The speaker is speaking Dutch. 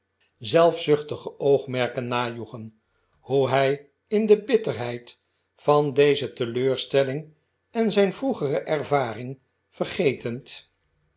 zelfzuchtige oogmerken najoegen hoe hij in de bitterheid van deze teleurstelling en zijn vroegere ervaring vergetend